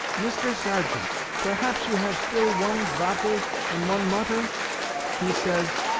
mister sergeant, perhaps you have still one vater and one mutter he says,